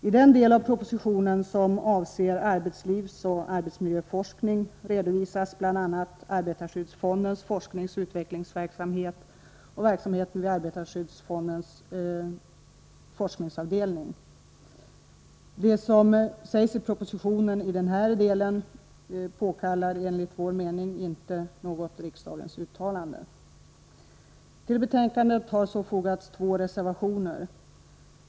I den del av propositionen som avser arbetslivsoch arbetsmiljöforskning redovisas bl.a. arbetarskyddsfondens forskningsoch utvecklingsverksamhet och verksamheten vid arbetarskyddsfondens forskningsavdelning. Det som anförs i propositionen i den här delen påkallar enligt vår mening inte något riksdagens uttalande. Till betänkandet har fogats två reservationer.